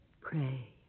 Pray